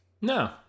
No